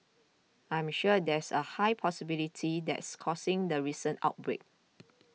I'm sure there's a high possibility that's causing the recent outbreak